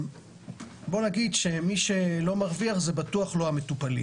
בוא נגיד שמי שלא מרוויח זה בטוח לא המטופלים,